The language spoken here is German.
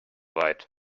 weit